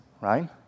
right